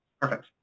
perfect